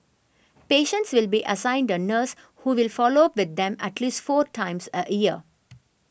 patients will be assigned a nurse who will follow up with them at least four times a year